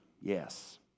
Yes